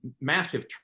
massive